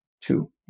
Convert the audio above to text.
two